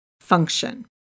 function